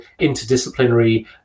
interdisciplinary